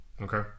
Okay